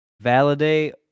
validate